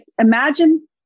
imagine